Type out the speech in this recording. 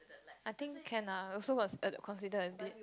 I think can lah also was considered a date